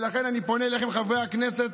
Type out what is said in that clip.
לכן אני פונה אליכם, חברי הכנסת: